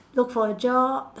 look for a job